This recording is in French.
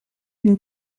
une